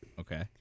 Okay